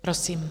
Prosím.